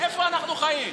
איפה אנחנו חיים?